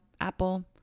Apple